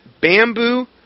bamboo